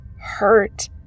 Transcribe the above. hurt